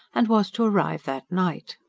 and was to arrive that night.